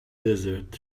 desert